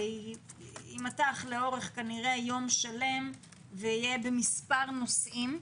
הוא יימתח כנראה לאורך יום שלם על מספר נושאים.